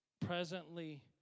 presently